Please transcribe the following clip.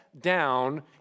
down